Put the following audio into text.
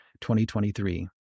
2023